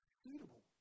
suitable